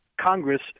Congress